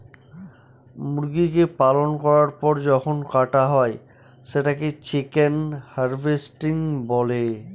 মুরগিকে পালন করার পর যখন কাটা হয় সেটাকে চিকেন হার্ভেস্টিং বলে